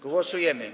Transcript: Głosujemy.